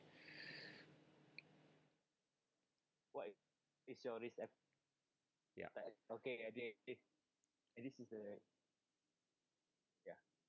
ya